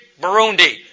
Burundi